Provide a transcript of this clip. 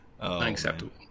Unacceptable